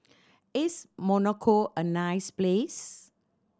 is Monaco a nice place